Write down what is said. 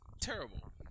terrible